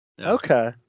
Okay